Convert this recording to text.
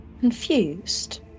confused